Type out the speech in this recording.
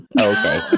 Okay